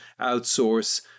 outsource